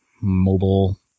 mobile